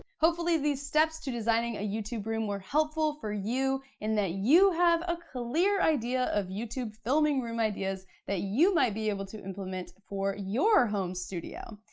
hopefully these steps to designing a youtube room were helpful for you and that you have a clear idea of youtube filming room ideas that you might be able to implement for your home studio.